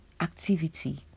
activity